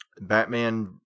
Batman